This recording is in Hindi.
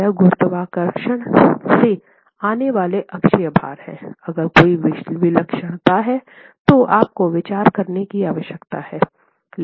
यह गुरुत्वाकर्षण से आने वाला अक्षीय भार है अगर कोई विलक्षणता है तो आपको विचार करने की आवश्यकता है